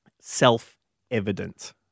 self-evident